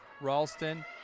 Ralston